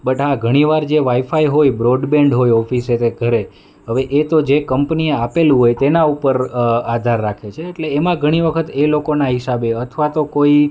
બટહાં ઘણી વાર જે વાઈફાઈ હોય બ્રોડબેન્ડ હોય ઓફિસે તે ઘરે હવે એ તો જે કંપનીએ આપેલું હોય તેનાં ઉપર આધાર રાખે છે એટલે એમાં ઘણી વખત એ લોકોનાં હિસાબે અથવા તો કોઈ